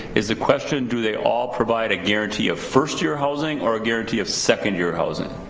is the question do they all provide a guarantee of first year housing or a guarantee of second year housing?